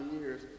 years